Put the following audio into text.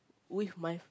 with my